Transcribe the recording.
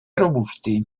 robusti